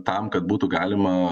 tam kad būtų galima